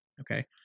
Okay